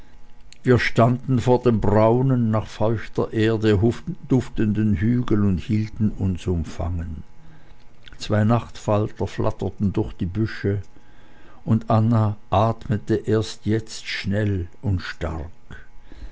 wir standen vor dem braunen nach feuchter erde duftenden hügel und hielten uns umfangen zwei nachtfalter flatterten durch die büsche und anna atmete erst jetzt schnell und stark